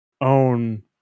own